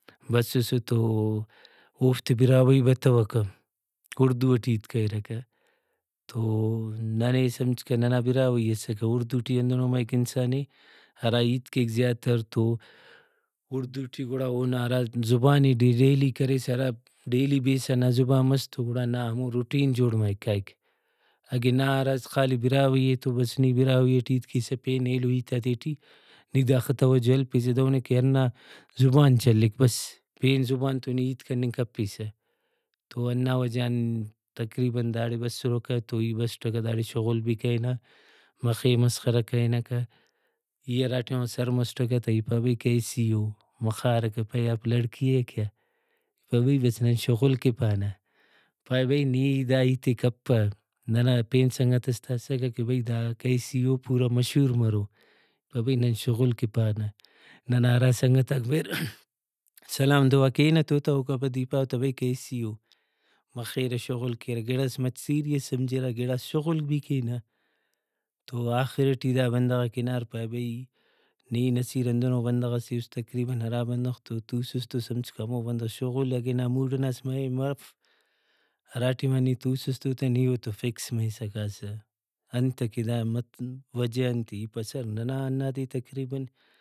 بسسو تو اوفتے براہوئی بتوکہ اردو اٹ ہیت کریرکہ تو ننے سمجھکہ ننا براہوئی اسکہ اردو ٹی ہندنو مریک انسانے ہرا ہیت کیک زیاتر تو اُردو ٹی گڑا اونا ہرا زبانے ڈیلی کریس ہرا ڈیلی بیس آ نا زبان مس تو گڑانا ہمو رُٹین جوڑ مریک کائک اگہ نا ہراز خالی براہوئی اے تو بس نی براہوئی اٹ ہیت کیسہ پین ایلو ہیتاتے ٹی نی داخہ توجہ ہلپیسہ دہنے کہ ہندازبان چلیک بس پین زبان تو نی ہیت کننگ کپیسہ تو ہندا وجہ غان تقریباً داڑے بسرکہ تو ای بسٹکہ داڑے شغل بھی کرینہ مخے مسخرہ کرینکہ ای ہرا ٹائما سر مسٹکہ تا ای پاو بھئی کیسی ہو مخارکہ پائے آپ لڑکی ہے کیا پاوبھئی بس نن شغل کہ پانہ پائے بھئی نی دا ہیتے کپہ ننا پین سنگتس تہ اسکہ کہ بھئی دا کیسی ہو پورا مشہور مرو پاو بھئی نن شغل کہ پانہ ننا ہرا سنگتاک بریرہ سلام دعا کینہ تو تا اوکا پد ای پاوہ تا بھئی کیسی ہو مخیرہ شغل کیرہ گڑاس مچہ سیریئس سمجھرہ گڑاس شغل بھی کینہ تو آخر ٹی دا بندغاک ہنار پائے بھئی نی نصیر ہندنو بندغ سے اُس تقریباً ہرا بندغ تو تُوسس تو سمجھکہ ہمو بندغ شغل اگہ نا موڈئناس مرے مف ہراٹائما نی توسس تو تہ نی اوڑتو فکس مریسہ کاسہ انتکہ دا وجہ انتے ای پاوہ سر ننا ہندادے تقریباً